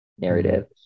narrative